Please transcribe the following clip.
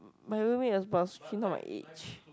my roommate is she not my age